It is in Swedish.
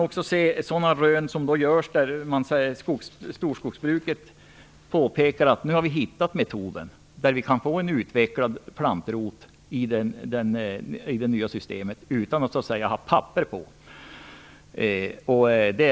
Även storskogsbruket kan presentera nya rön om metoder för att få fram en utvecklad plantrot i det nya systemet utan att man så att säga har papper på det.